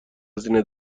هزینه